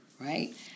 Right